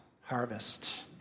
harvest